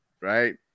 Right